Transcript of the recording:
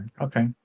Okay